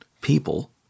people